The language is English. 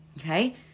Okay